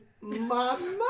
Mama